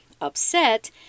Upset